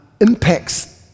impacts